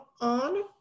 on